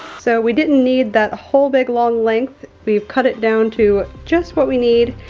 so we didn't need that whole big, long length. we've cut it down to just what we need,